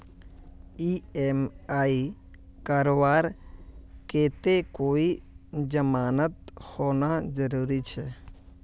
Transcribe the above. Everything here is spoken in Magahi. ई.एम.आई करवार केते कोई जमानत होना जरूरी छे?